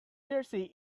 jersey